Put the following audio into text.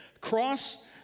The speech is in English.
cross